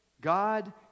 God